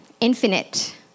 infinite